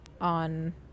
on